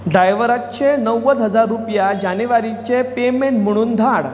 ड्रायव्हराचे णव्वद हजार रुपया जानेवारीचें पेमेंट म्हणून धाड